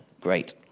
Great